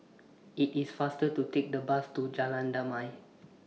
IT IS faster to Take The Bus to Jalan Damai